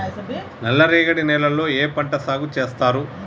నల్లరేగడి నేలల్లో ఏ పంట సాగు చేస్తారు?